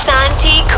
Santi